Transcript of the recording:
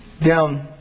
down